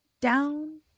down